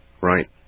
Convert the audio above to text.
Right